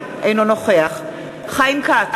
אינו נוכח חיים כץ,